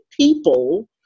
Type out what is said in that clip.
people